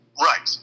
Right